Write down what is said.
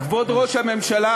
כבוד ראש הממשלה,